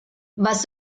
was